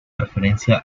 referencia